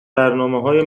برنامههای